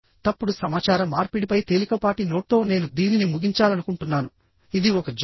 తప్పుడు సమాచార మార్పిడిపై తేలికపాటి నోట్తో నేను దీనిని ముగించాలనుకుంటున్నానుఇది ఒక జోక్